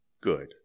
good